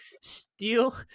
steal